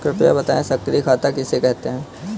कृपया बताएँ सक्रिय खाता किसे कहते हैं?